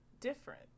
different